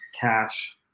cash